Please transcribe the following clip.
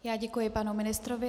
Já děkuji panu ministrovi.